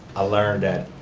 i learned that